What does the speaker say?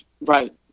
Right